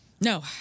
no